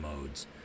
modes